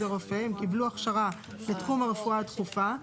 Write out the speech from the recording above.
רופא וקיבלו הכשרה בתחום הרפואה הדחופה,